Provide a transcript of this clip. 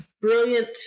brilliant